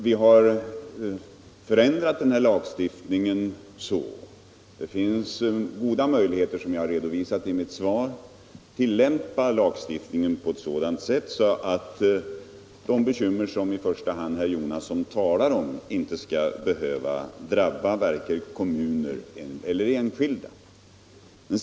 Vi har ändrat denna lagstiftning, och det finns goda möjligheter, som jag har redovisat i mitt svar, att tillämpa lagstiftningen på ett sådant sätt att de bekymmer som herr Jonasson i första hand talar om inte skall behöva drabba vare sig kommuner eller enskilda.